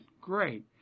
Great